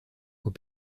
aux